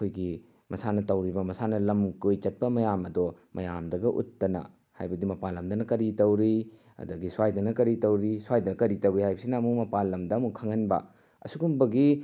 ꯑꯩꯈꯣꯏꯒꯤ ꯃꯁꯥꯅ ꯇꯧꯔꯤꯕ ꯃꯁꯥꯅ ꯂꯝ ꯀꯣꯏ ꯆꯠꯄ ꯃꯌꯥꯝ ꯑꯗꯣ ꯃꯌꯥꯝꯗꯒ ꯎꯠꯇꯅ ꯍꯥꯏꯕꯗꯤ ꯃꯄꯥꯜꯂꯝꯗꯅ ꯀꯔꯤ ꯇꯧꯔꯤ ꯑꯗꯒꯤ ꯁ꯭ꯋꯥꯏꯗꯅ ꯀꯔꯤ ꯇꯧꯔꯤ ꯁ꯭ꯋꯥꯏꯗꯅ ꯀꯔꯤ ꯇꯧꯔꯤ ꯍꯥꯏꯕꯁꯤꯅ ꯑꯃꯨꯛ ꯃꯄꯥꯜ ꯂꯝꯗ ꯑꯃꯨꯛ ꯈꯪꯍꯟꯕ ꯑꯁꯨꯒꯨꯝꯕꯒꯤ